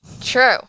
True